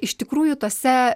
iš tikrųjų tuose